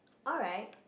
alright